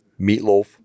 Meatloaf